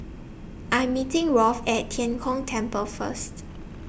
I'm meeting Rolf At Tian Kong Temple First